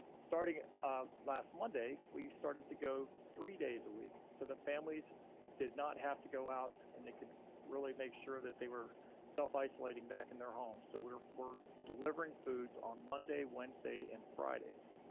starting last monday, we started to go three days a week so that families did not have to go out and they could really make sure that they were self-isolating back in their homes. so we're delivering foods on monday, wednesday and fridays.